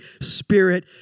Spirit